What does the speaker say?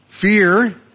fear